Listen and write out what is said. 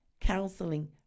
counseling